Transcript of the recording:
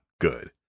good